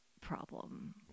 problem